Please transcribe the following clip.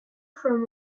from